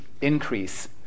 increase